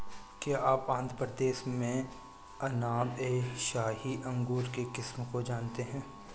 क्या आप आंध्र प्रदेश के अनाब ए शाही अंगूर के किस्म को जानते हैं?